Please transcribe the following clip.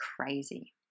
crazy